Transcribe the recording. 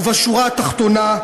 ובשורה התחתונה,